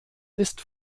ist